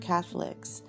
Catholics